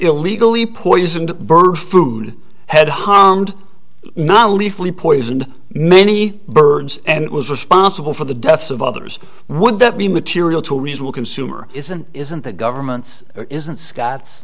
illegally poisoned bird food had harmed not only fully poisoned many birds and was responsible for the deaths of others would that be material to a reasonable consumer isn't isn't the government's isn't scots